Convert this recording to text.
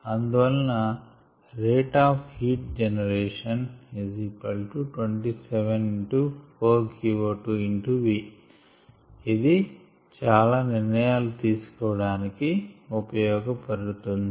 అందువలన rate of heat generation 27 ఇది చాలా నిర్ణయాలు తీసుకోవడానికి ఉపకరిస్తుంది